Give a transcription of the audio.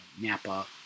Napa